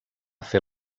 fer